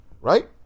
Right